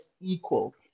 equal